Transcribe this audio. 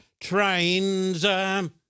trains